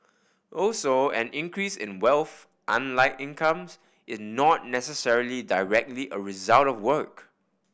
also an increase in wealth unlike incomes is not necessarily directly a result of work